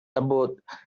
about